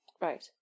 right